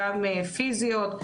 גם פיזיות,